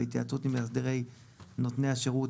בהתייעצות עם מאסדרי נותני השירות,